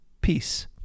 peace